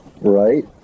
right